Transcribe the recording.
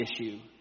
issue